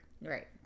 Right